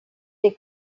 dei